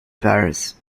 paris